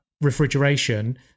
refrigeration